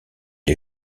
les